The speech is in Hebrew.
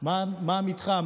מה המתחם,